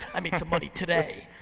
i made some money today.